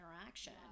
interaction